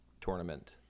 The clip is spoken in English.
tournament